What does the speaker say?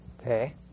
okay